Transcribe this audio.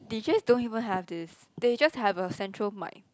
deejays don't even have this they just have a central mic